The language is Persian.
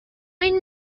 این